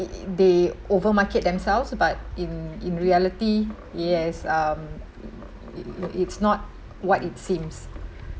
it they over market themselves but in in reality yes um it it's not what it seems